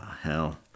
hell